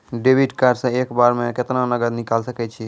Debit card से एक बार मे केतना नगद निकाल सके छी?